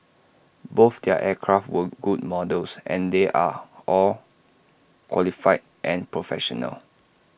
both their aircraft were good models and they're all qualified and professional